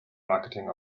marketing